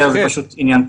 מידע.